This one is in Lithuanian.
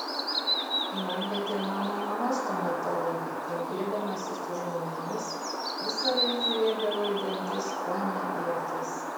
na bet ir mano mama stomatologė kalbėdamasi su žmonėmis visąlaik žiūrėdavo į dantis o ne į akis